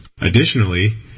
Additionally